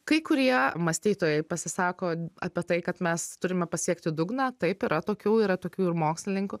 kai kurie mąstytojai pasisako apie tai kad mes turime pasiekti dugną taip yra tokių yra tokių ir mokslininkų